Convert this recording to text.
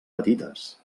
petites